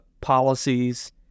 policies